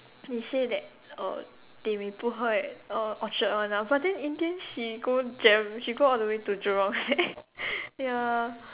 she say that uh they may put her at uh Orchard one lah but then in the end she go Jem she go all the way to Jurong seh ya